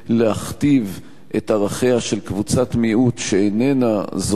להכתיב את ערכיה של קבוצת מיעוט שאיננה זוכה